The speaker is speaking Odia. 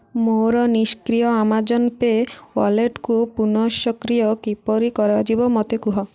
ମୋର ନିଷ୍କ୍ରିୟ ଆମାଜନ୍ ପେ ୱାଲେଟ୍କୁ ପୁନଃସକ୍ରିୟ କିପରି କରାଯିବ ମୋତେ କୁହ